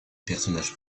personnage